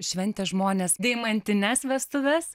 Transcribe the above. šventė žmonės deimantines vestuves